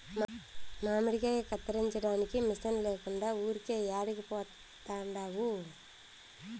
మామిడికాయ కత్తిరించడానికి మిషన్ లేకుండా ఊరికే యాడికి పోతండావు